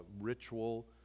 ritual